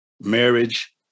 marriage